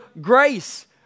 grace